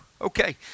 Okay